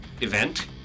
event